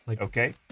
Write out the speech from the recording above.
Okay